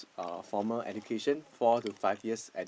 uh formal education four to five years at